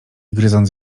gryząc